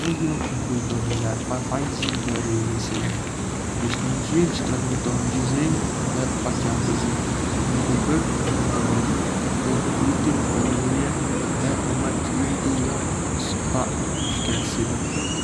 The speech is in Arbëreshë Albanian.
Rozja më kujton pafajësinë dhe rinisin. Është një ngjyrë çë transmeton gëzim dhe paqartësi, duke bërë të mendoj për kujtime fëmijërie dhe momente të lumtura pa shqetësime.